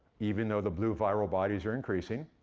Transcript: even though the blue viral bodies are increasing.